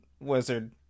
wizard